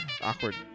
Awkward